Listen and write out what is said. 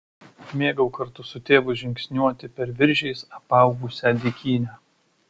mėgau kartu su tėvu žingsniuoti per viržiais apaugusią dykynę